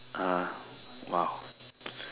uh !wow!